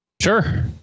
Sure